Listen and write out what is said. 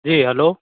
जी hello